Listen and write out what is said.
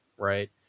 right